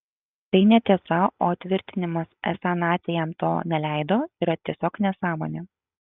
tai netiesa o tvirtinimas esą naciai jam to neleido yra tiesiog nesąmonė